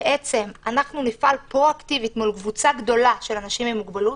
אנחנו נפעל פרואקטיבית מול קבוצה גדולה של אנשים עם מוגבלות,